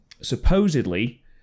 supposedly